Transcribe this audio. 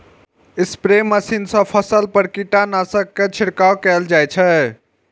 spray machine सं फसल पर कीटनाशक के छिड़काव कैल जाइ छै